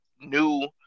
new